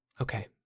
Okay